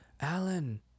Alan